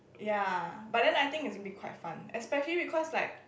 ya but then I think it should be quite fun especially because like